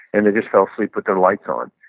and they just fell asleep with their lights on,